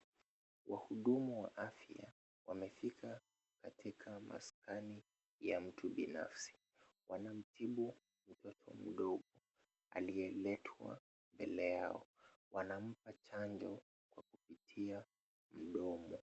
Wahudumu wa afya wamefika katika maskani ya mtu binafsi, wanamtibu mtoto mdogo aliyeletwa mbele yao, wanampa chanjo kwa kupitia mdomo.